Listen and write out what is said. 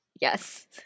Yes